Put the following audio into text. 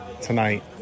tonight